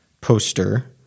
poster